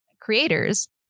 creators